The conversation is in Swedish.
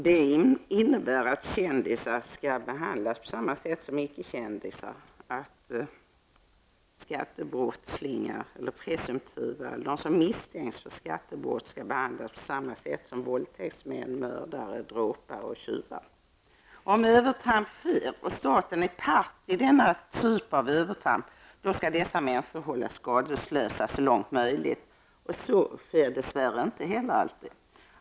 Det innebär att kändisar skall behandlas på samma sätt som icke-kändisar, att de som misstänks för skattebrott skall behandlas på samma sätt som våldtäktsmän, dråpare, mördare och tjuvar. Om övertramp sker och staten är part i denna typ av övertramp, skall dessa människor hållas skadeslösa så långt som möjligt. Så sker dessvärre inte heller alltid.